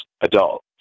adult